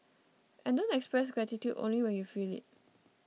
and don't express gratitude only when you feel it